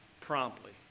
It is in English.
promptly